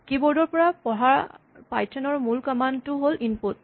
keyboard ৰ পৰা পঢ়াৰ পাইথন ৰ মূল কমান্ড টো হ'ল ইনপুট